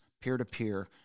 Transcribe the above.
peer-to-peer